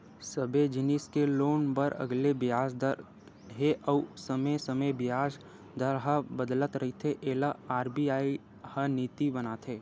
सबे जिनिस के लोन बर अलगे बियाज दर हे अउ समे समे बियाज दर ह बदलत रहिथे एला आर.बी.आई ह नीति बनाथे